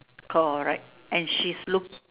correct and she's look